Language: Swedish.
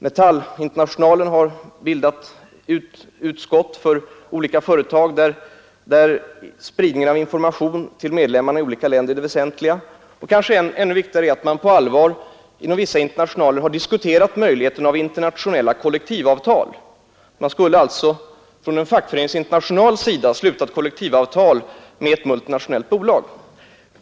Metallinternationalen har bildat utskott för olika företag, där spridningen av information till medlemmarna i olika länder är det väsentliga. Kanske ännu viktigare är att man på allvar inom vissa internationaler har diskuterat möjligheten av internationella kollektivavtal. En fackföreningsinternational skulle alltså sluta ett kollektivavtal med ett multinationellt bolag.